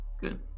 Good